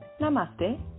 Namaste